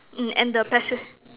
mm and passen~